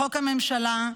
לחוק הממשלה,